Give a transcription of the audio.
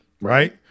right